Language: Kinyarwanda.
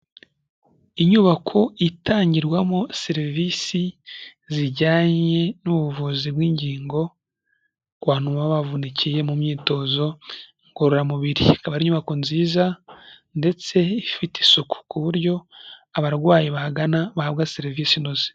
Inyubako itangirwamo serivisi zijyanye n'ubuvuzi bw'ingingo kubantu baba bavunikiye mu myitozo ngororamubiri akaba ari inyubako nziza ifite isuku kuburyo abantu bayigana bahabwa serivisi inoze.